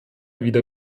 wieder